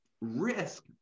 risk